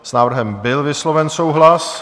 S návrhem byl vysloven souhlas.